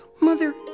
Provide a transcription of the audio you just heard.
Mother